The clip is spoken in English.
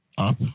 Up